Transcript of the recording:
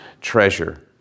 treasure